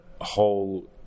whole